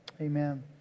Amen